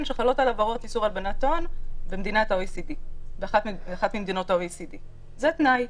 שחלות עליו הוראות איסור הלבנת הון באחת ממדינות ה OECD". זה תנאי.